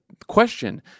Question